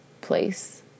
place